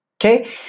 okay